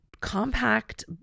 compact